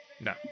No